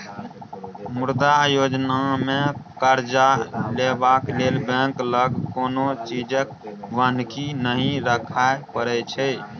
मुद्रा योजनामे करजा लेबा लेल बैंक लग कोनो चीजकेँ बन्हकी नहि राखय परय छै